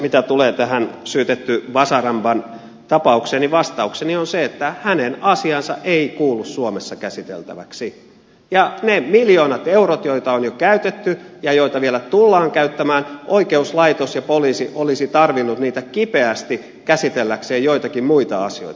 mitä tulee tähän syytetty bazaramban tapaukseen niin vastaukseni on se että hänen asiansa ei kuulu suomessa käsiteltäväksi ja niitä miljoonia euroja joita on jo käytetty ja joita vielä tullaan käyttämään oikeuslaitos ja poliisi olisivat tarvinneet kipeästi käsitelläkseen joitakin muita asioita